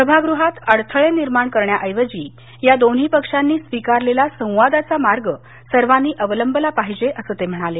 सभागृहात अडथळे निर्माण करण्याऐवजी या दोन्ही पक्षांनी स्वीकारलेला संवादाचा मार्ग सर्वांनी अवलंबला पाहिजे असं ते म्हणाले